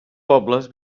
pobles